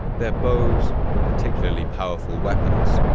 their bows were particularly powerful weapons,